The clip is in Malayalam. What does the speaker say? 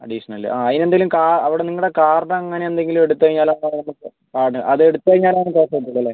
അഡീഷണൽ ആ അതിനെന്തേലും കാ അവിടെ നിങ്ങളുടെ കാർഡ് അങ്ങനെന്തെങ്കിലും എടുത്ത് കഴിഞ്ഞാൽ കാർഡ് അതെടുത്ത് കഴിഞ്ഞാലാണ് ഓഫറ് കിട്ടത്തുള്ളല്ലേ